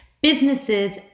businesses